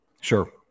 Sure